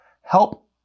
help